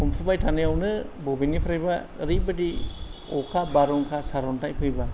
हमफुबाय थानायावनो बबेनिफ्रायबा ओरैबादि अखा बारहुंखा सारन्थाय फैबाय